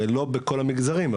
לא בכל המגזרים,